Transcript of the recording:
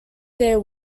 their